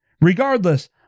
regardless